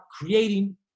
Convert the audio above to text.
creating